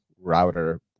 router